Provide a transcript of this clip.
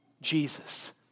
Jesus